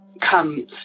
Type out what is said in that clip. come